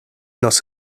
nos